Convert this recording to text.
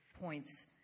points